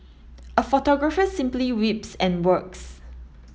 a photographer simply weeps and works